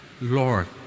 Lord